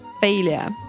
failure